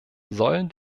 sollen